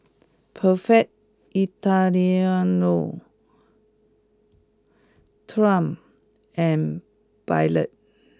perfect Italiano triumph and pilot